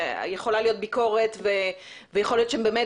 יכולה להיות ביקורת ויכול להיות שהם באמת